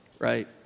right